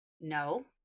no